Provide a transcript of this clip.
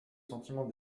sentiment